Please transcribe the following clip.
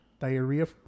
Diarrhea